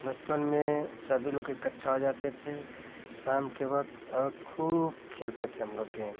बचपन में सभी लोग इकट्ठा हो जाते थे शाम के वक़्त और खूब खेलते थे हम लोग गेम